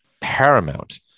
paramount